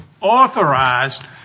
authorized